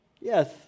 Yes